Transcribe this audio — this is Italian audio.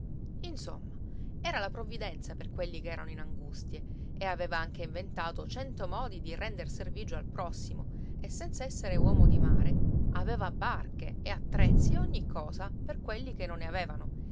insomma era la provvidenza per quelli che erano in angustie e aveva anche inventato cento modi di render servigio al prossimo e senza essere uomo di mare aveva barche e attrezzi e ogni cosa per quelli che non ne avevano